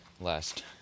last